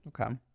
Okay